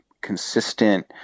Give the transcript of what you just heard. consistent